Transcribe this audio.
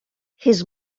his